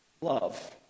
love